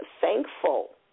thankful